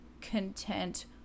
content